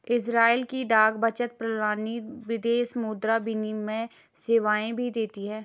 Israel की डाक बचत प्रणाली विदेशी मुद्रा विनिमय सेवाएं भी देती है